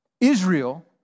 Israel